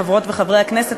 חברות וחברי הכנסת,